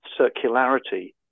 circularity